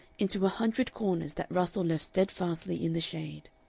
into a hundred corners that russell left steadfastly in the shade.